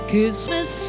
Christmas